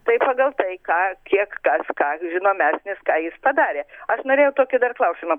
tai pagal tai ką kiek kas ką žinomesnis ką jis padarė aš norėjau tokį dar klausimą